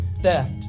theft